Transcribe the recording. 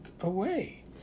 away